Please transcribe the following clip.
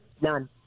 none